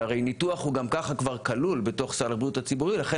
שהרי ניתוח הוא גם ככה כבר כלול בתוך סל הבריאות הציבורי לכן